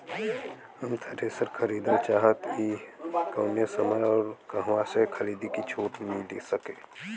हम थ्रेसर खरीदल चाहत हइं त कवने समय अउर कहवा से खरीदी की कुछ छूट मिल सके?